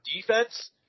defense